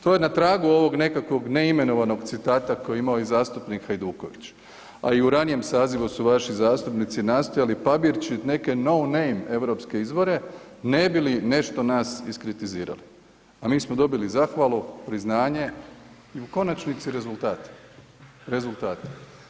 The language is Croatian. To je na tragu ovog nekakvog neimenovanog citata koji je imao i zastupnik Hajduković, a i ranijem sazivu su vaši zastupnici nastojali pabirčit neke … [[Govornik se ne razumije]] europske izvore ne bi li nešto nas iskritizirali, a mi smo dobili zahvalu, priznanje i u konačnici rezultate, rezultate.